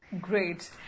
Great